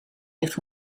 heeft